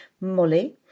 Molly